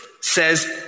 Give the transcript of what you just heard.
says